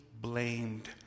blamed